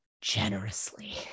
generously